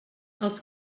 els